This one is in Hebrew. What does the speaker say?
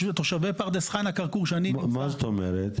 מה זאת אומרת?